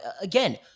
again